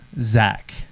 Zach